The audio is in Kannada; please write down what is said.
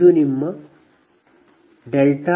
ಇದು ನಿಮ್ಮ PLoss